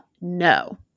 no